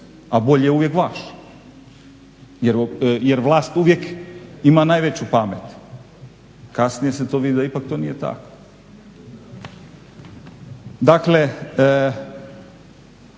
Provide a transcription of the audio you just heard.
a bolji je uvijek vaš jer vlast uvijek ima najveću pamet, kasnije se vidi da ipak to nije tako. Dakle,